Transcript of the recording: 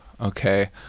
Okay